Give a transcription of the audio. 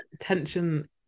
tension